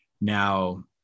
Now